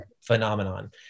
phenomenon